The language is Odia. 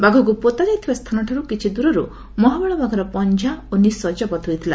ବାଘକୁ ପୋତା ଯାଇଥିବା ସ୍ଚାନଠାରୁ କିଛି ଦୂରରୁ ମହାବଳ ବାଘର ପଞ୍ଚା ଏବଂ ନିଶ ଜବତ ହୋଇଥିଲା